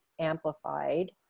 amplified